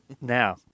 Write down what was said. Now